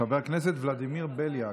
חבר הכנסת ולדימיר בליאק.